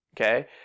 okay